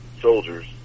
soldiers